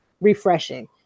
refreshing